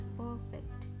perfect